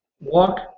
walk